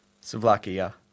slovakia